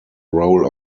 role